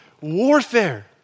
warfare